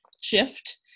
shift